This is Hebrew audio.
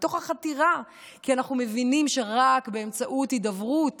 כי אנחנו מבינים שרק באמצעות הידברות